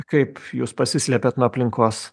kaip jūs pasislėpėt nuo aplinkos